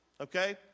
Okay